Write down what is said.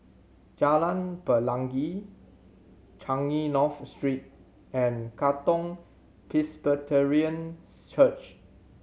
Jalan Pelangi Changi North Street and Katong Presbyterian's Church